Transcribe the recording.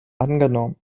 angenommen